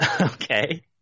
okay